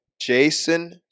Jason